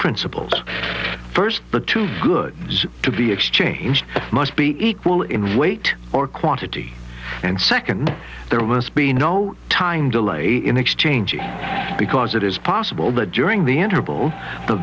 principles first but to good to be exchanged must be equal in vacate or quantity and second there must be no time delay in exchange because it is possible that during the